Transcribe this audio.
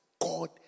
God